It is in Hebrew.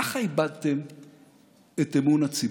ככה איבדתם את אמון הציבור.